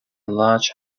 large